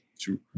True